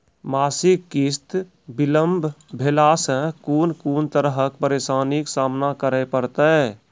मासिक किस्त बिलम्ब भेलासॅ कून कून तरहक परेशानीक सामना करे परतै?